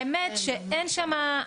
האמת שאין שמה,